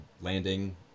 landing